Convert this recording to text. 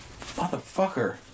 Motherfucker